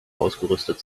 ausgerüstet